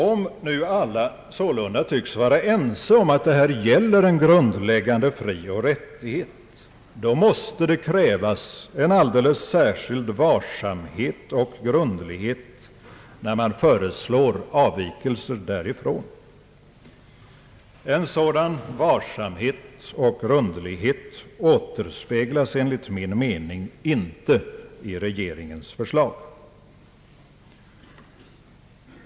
Om nu alla sålunda tycks vara ense om att det här gäller en grundläggande frioch rättighet, måste det krävas en alldeles särskild varsamhet och grundlighet när man föreslår avvikelser därifrån. En sådan varsamhet och grundlighet återspeglas enligt min mening inte i regeringens förslag.